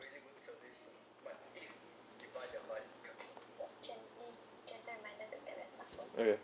okay